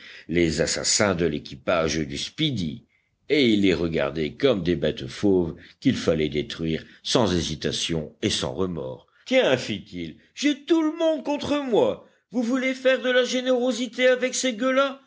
les assassins de l'équipage du speedy et il les regardait comme des bêtes fauves qu'il fallait détruire sans hésitation et sans remords tiens fit-il j'ai tout le monde contre moi vous voulez faire de la générosité avec ces